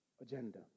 agenda